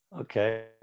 Okay